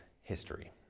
history